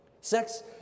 Sex